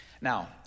Now